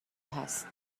هست